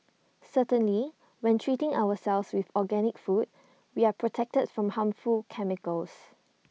certainly when treating ourselves with organic food we are protected from harmful chemicals